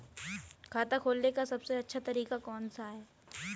खाता खोलने का सबसे अच्छा तरीका कौन सा है?